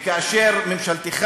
כאשר ממשלתך